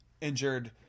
injured